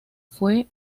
fue